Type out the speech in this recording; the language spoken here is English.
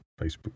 Facebook